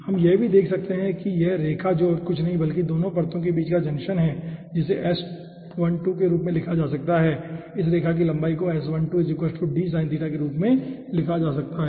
हम यह भी देख सकते हैं कि यह रेखा जो कुछ और नहीं बल्कि दोनों परतों के बीच का जंक्शन है जिसे के रूप में लिखा जाता है इस रेखा की लंबाई को के रूप में लिखा जा सकता है